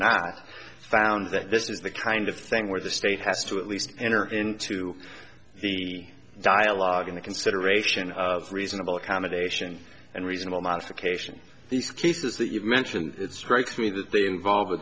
found that this is the kind of thing where the state has to at least enter into the dialogue into consideration reasonable accommodation and reasonable modification these cases that you've mentioned it strikes me that they involve a